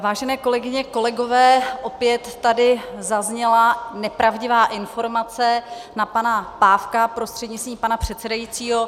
Vážené kolegyně, kolegové, opět tady zazněla nepravdivá informace na pana poslance Pávka prostřednictvím pana předsedajícího.